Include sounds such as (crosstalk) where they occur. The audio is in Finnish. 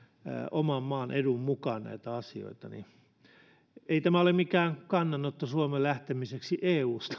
oman maan edun mukaan näitä asioita ei tämä ole mikään kannanotto suomen lähtemiseksi eusta (unintelligible)